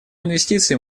инвестиций